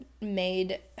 made